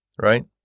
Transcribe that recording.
right